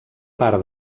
part